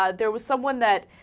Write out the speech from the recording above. ah there was someone that